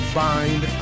bind